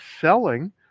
selling